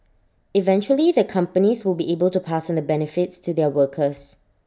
eventually the companies will be able to pass on the benefits to their workers